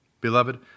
Beloved